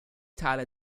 teile